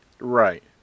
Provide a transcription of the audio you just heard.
Right